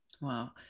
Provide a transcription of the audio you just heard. Wow